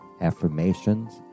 affirmations